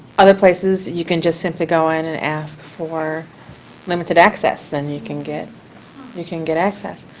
other places, you can just simply go in and ask for limited access, and you can get you can get access.